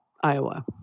Iowa